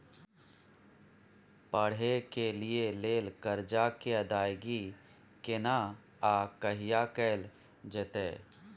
पढै के लिए लेल कर्जा के अदायगी केना आ कहिया कैल जेतै?